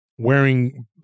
wearing